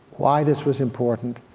why this was important,